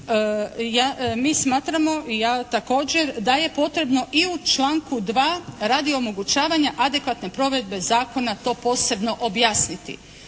mi smatramo i ja također da je potrebno i u članku 2. radi omogućavanja adekvatne provedbe zakona to posebno objasniti